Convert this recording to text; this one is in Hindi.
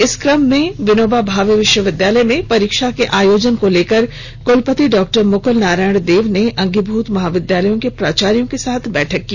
इस कम में विनोबा भावे विश्वविद्यालय में परीक्षा के आयोजन को लेकर कलपति डॉ मुकल नारायण देव ने अंगीभूत महाविद्यालयों के प्राचार्यों के साथ बैठक की